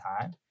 time